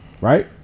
right